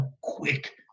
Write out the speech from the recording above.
quick